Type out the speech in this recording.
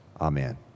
Amen